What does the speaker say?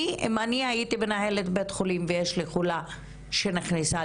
אם אני הייתי מנהלת בית חולים והייתה לי חולה שנכנסה